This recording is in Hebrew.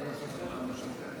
מוקדם יותר